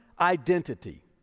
identity